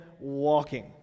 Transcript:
walking